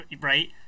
right